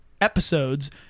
episodes